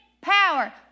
power